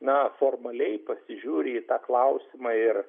na formaliai pasižiūri į tą klausimą ir